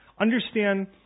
Understand